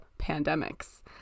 pandemics